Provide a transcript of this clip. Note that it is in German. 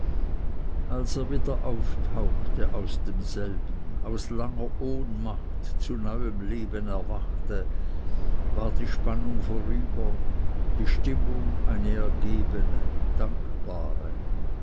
als er wieder auftauchte aus demselben aus langer ohnmacht zu neuem leben erwachte war die spannung vorüber die stimmung eine ergebene dankbare